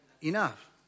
Enough